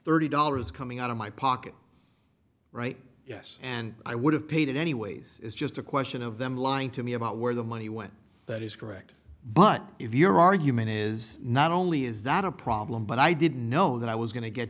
thirty dollars coming out of my pocket right yes and i would have paid it anyways it's just a question of them lying to me about where the money went that is correct but if your argument is not only is that a problem but i didn't know that i was going to get